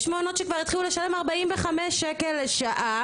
יש מעונות שכבר התחילו לשלם 45 ש"ח לשעה